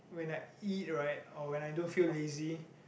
when I eat right or when I don't feel lazy